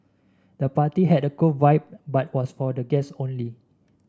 the party had a cool vibe but was for guests only